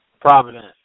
Providence